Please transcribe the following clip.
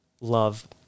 love